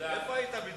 איפה היית בדיוק?